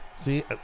See